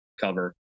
cover